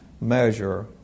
measure